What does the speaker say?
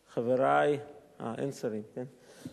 חברי, אה, אין שרים, כן?